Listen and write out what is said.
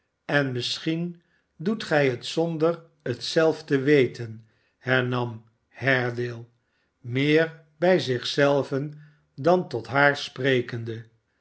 en misschien doet gij het zonder het zelve te weten hernam haredale meer bij zich zelven dan tot haar sprekende